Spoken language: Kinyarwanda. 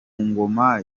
ngoma